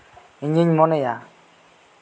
ᱤᱧᱤᱧ ᱢᱚᱱᱮᱭᱟ